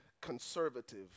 conservative